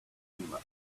fatima